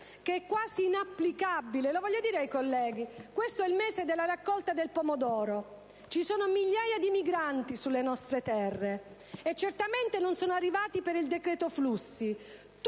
che è quasi inapplicabile. Voglio ricordare ai colleghi che questo è il mese della raccolta del pomodoro: ci sono migliaia di migranti sulle nostre terre e certamente non sono arrivati per il decreto flussi.